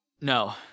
no